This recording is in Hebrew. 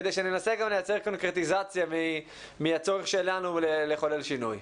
כדי שננסה גם לייצר קונקרטיזציה מהצורך שלנו לחולל שינוי.